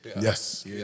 yes